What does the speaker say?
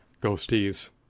ghosties